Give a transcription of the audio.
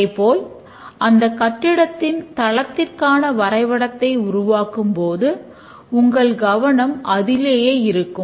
அதேபோல் அந்த கட்டிடத்தின் தளத்திற்கான வரைபடத்தை உருவாக்கும்போது உங்கள் கவனம் அதிலேயே இருக்கும்